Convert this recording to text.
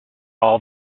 all